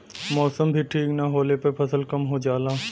मौसम भी ठीक न होले पर फसल कम हो जाला